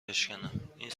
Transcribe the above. بشکنم، این